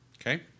Okay